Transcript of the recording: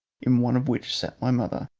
in one of which sat my mother,